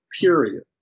Period